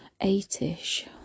eight-ish